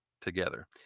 together